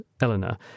Eleanor